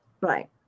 Right